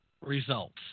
results